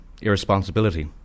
irresponsibility